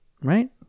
Right